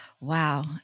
Wow